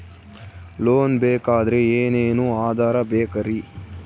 Loan ಬೇಕಾದ್ರೆ ಏನೇನು ಆಧಾರ ಬೇಕರಿ?